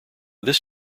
this